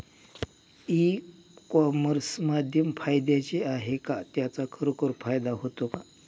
E commerce माध्यम फायद्याचे आहे का? त्याचा खरोखर फायदा होतो का?